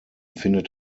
findet